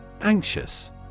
Anxious